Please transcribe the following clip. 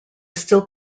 still